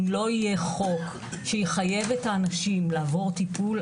אם לא יהיה חוק שיחייב את האנשים לעבור טיפול,